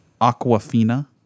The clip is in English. Aquafina